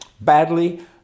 badly